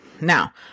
Now